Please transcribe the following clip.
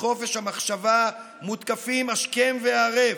וחופש המחשבה מותקפות השכם והערב.